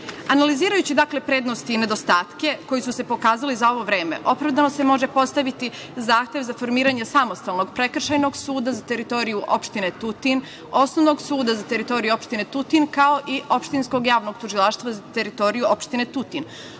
razumevanje. Analizirajući prednosti i nedostatke koji su se pokazali za ovo vreme, opravdano se može postaviti zahtev za formiranje samostalnog prekršajnog suda za teritoriju opštine Tutin, osnovnog suda za teritoriju opštine Tutin, kao i opštinskog javnog tužilaštva za teritoriju opštine Tutin.